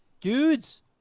dudes